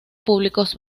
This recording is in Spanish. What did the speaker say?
públicos